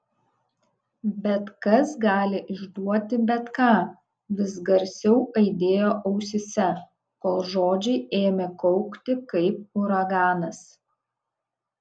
bet kas gali išduoti bet ką vis garsiau aidėjo ausyse kol žodžiai ėmė kaukti kaip uraganas